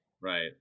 right